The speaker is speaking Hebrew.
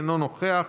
אינו נוכח,